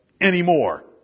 anymore